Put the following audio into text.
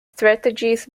strategies